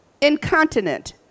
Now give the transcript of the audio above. incontinent